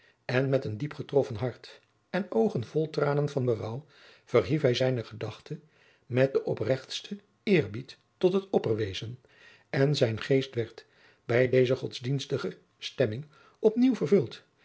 en met een diep getroffen hart en oogen vol tranen van berouw verhief hij zijne gedachte met den opregtsten eerbied tot het opperwezen en zijn geest werd bij deze godsdienstige slemming op nieuw vervuld